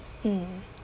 mm